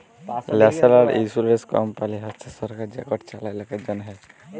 national ইলসুরেলস কমপালি হছে সরকার যেটকে চালায় লকের জ্যনহে